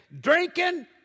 drinking